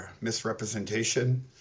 misrepresentation